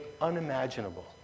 unimaginable